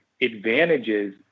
advantages